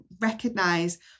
recognize